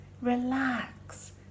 Relax